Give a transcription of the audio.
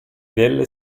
delle